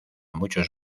muchos